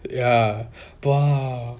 ya